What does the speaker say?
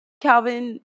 Calvin